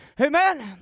Amen